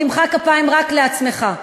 תמחא כפיים רק לעצמך.